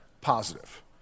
positive